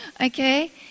Okay